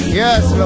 yes